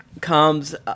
comes